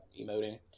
emoting